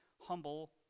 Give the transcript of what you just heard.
humble